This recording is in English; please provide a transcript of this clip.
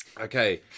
Okay